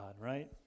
right